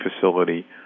facility